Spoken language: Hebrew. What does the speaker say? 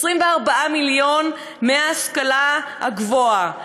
24 מיליון חתכתם מההשכלה הגבוהה.